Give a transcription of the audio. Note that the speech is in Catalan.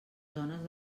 zones